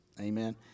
Amen